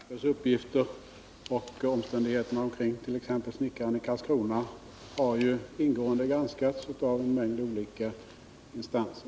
Fru talman! Jag vill bara tillägga att även Berntlers uppgifter och omständigheterna kring t.ex. fallet med snickaren i Karlskrona har granskats ingående av en mängd olika instanser.